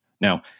Now